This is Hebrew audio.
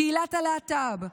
קהילת הלהט"ב,